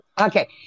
Okay